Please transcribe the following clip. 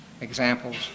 examples